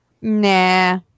Nah